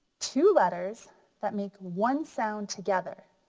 two letters that make one sound together.